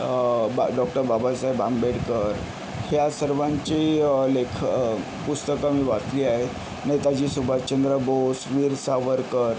बा डॉक्टर बाबासाहेब आंबेडकर ह्या सर्वांची लेखक पुस्तकं मी वाचली आहेत नेताजी सुभाषचंद्र बोस वीर सावरकर